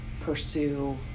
pursue